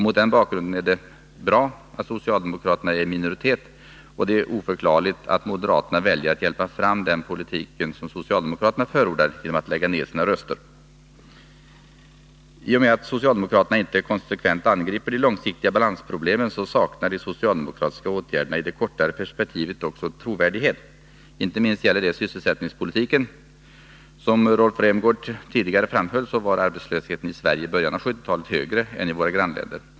Mot den bakgrunden är det bra att socialdemokraterna är i minoritet, och det är oförklarligt att moderaterna väljer att hjälpa fram denna politik genom att lägga ned sina röster. I och med att socialdemokraterna inte konsekvent angriper de långsiktiga balansproblemen saknar de socialdemokratiska åtgärderna i det kortare perspektivet också trovärdighet. Inte minst gäller det sysselsättningspolitiken. Som Rolf Rämgård tidigare framhöll, var arbetslösheten i Sverige i början av 1970-talet högre än i våra grannländer.